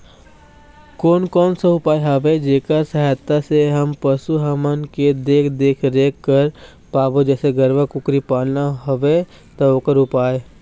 कोन कौन सा उपाय हवे जेकर सहायता से हम पशु हमन के देख देख रेख कर पाबो जैसे गरवा कुकरी पालना हवे ता ओकर उपाय?